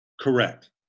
Correct